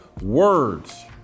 words